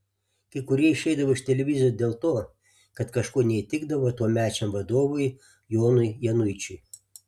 kai kurie išeidavo iš televizijos dėl to kad kažkuo neįtikdavo tuomečiam vadovui jonui januičiui